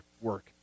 work